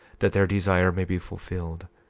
that their desire may be fulfilled,